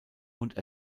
und